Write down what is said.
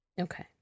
okay